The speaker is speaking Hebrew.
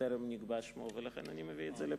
שטרם נקבע שמו, ולכן אני מביא את זה לכאן.